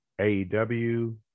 AEW